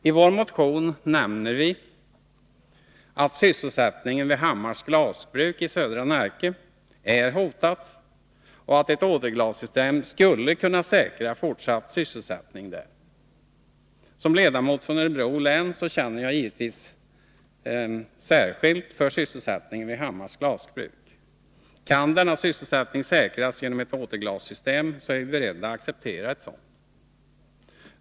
I vår motion nämner vi att sysselsättningen vid Hammars Glasbruk i södra Närke är hotad och att ett återglassystem skulle kunna säkra fortsatt sysselsättning där. Som ledamot från Örebro län känner jag givetvis särskilt för sysselsättningen vid Hammars Glasbruk. Kan denna sysselsättning säkras genom ett återglassystem är vi beredda att acceptera ett sådant.